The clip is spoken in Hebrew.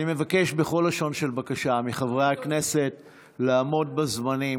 אני מבקש בכל לשון של בקשה מחברי הכנסת לעמוד בזמנים.